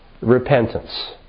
repentance